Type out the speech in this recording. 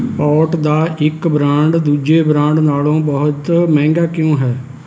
ਓਟ ਦਾ ਇੱਕ ਬ੍ਰਾਂਡ ਦੂਜੇ ਬ੍ਰਾਂਡ ਨਾਲੋਂ ਬਹੁਤ ਮਹਿੰਗਾ ਕਿਉਂ ਹੈ